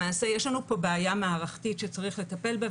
למעשה יש לנו פה בעיה מערכתית שצריך לטפל בה,